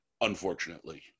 unfortunately